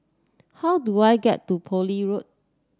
how do I get to Poole Road